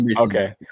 Okay